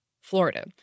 Florida